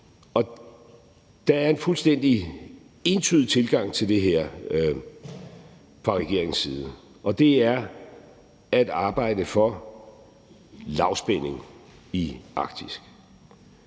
Der er en fuldstændig entydig tilgang til det her fra regeringens side, og det er at arbejde for lavspænding i Arktis,